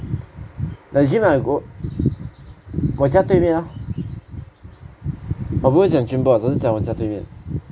like gym I go 我家对面 ah 我不是讲 Gymmboxx 我是讲我家对面